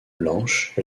blanche